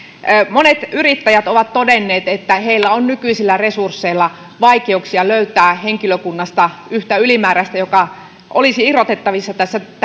monet yrittäjät ovat todenneet että heillä on nykyisillä resursseilla vaikeuksia löytää henkilökunnasta yhtä ylimääräistä joka olisi irrotettavissa